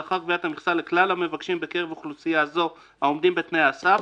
לאחר קביעת המכסה לכלל המבקשים בקרב אוכלוסייה זו העומדים בתנאי הסף,